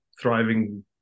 thriving